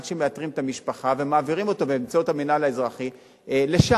עד שמאתרים את המשפחה ומעבירים אותו באמצעות המינהל האזרחי לשם.